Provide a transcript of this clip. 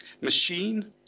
machine